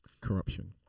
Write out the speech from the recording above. Corruption